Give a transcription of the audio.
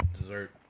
dessert